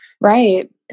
Right